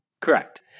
Correct